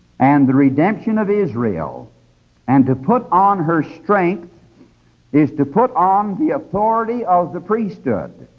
and the redemption of israel and to put on her strength is to put on the authority of the priesthood,